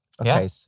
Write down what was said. Okay